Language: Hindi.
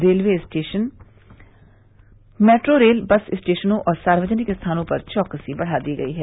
railway station metro rail bus स्टेशनों और सार्वजनिक स्थानों पर चौकसी बढ़ा दी गई है